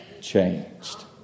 changed